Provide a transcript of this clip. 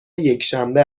یکشنبه